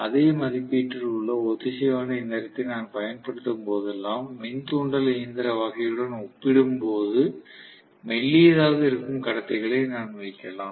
அதே மதிப்பீட்டில் உள்ள ஒத்திசைவான இயந்திரத்தை நான் பயன்படுத்தும்போதெல்லாம் மின் தூண்டல் இயந்திர வகையுடன் ஒப்பிடும்போது மெல்லியதாக இருக்கும் கடத்திகளை நான் வைக்கலாம்